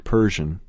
Persian